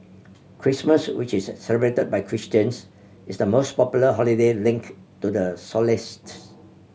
Christmas which is celebrated by Christians is the most popular holiday linked to the solstice